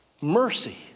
mercy